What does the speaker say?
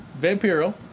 Vampiro